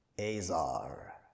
Azar